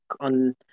on